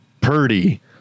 Purdy